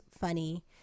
funny